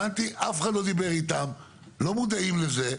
הבנתי שאף אחר לא דיבר איתם והם לא מודעים לזה.